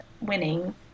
winning